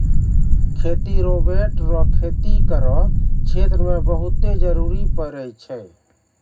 खेती रोवेट रो खेती करो क्षेत्र मे बहुते जरुरी पड़ै छै